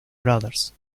brothers